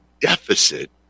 deficit